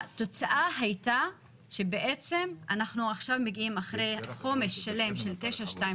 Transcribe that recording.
התוצאה הייתה שבעצם אנחנו עכשיו מגיעים אחרי חומש שלם של 922,